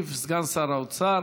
ישיב סגן שר האוצר